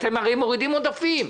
אתם הרי מורידים עודפים.